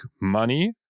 money